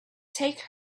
take